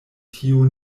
tio